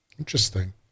interesting